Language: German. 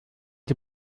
sie